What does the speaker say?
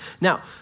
Now